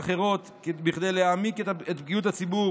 אחרות כדי להעמיק את בקיאות הציבור